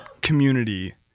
community